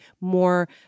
more